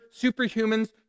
superhumans